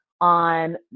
on